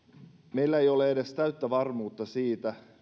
meillä ei ole edes täyttä varmuutta siitä